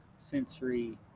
sensory